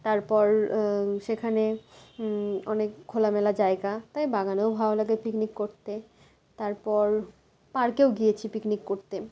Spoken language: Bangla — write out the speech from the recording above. অনেক খোলামেলা জায়গা তাই বাগানেও ভালো লাগে পিকনিক করতে তারপর পার্কেও গিয়েছি পিকনিক করতে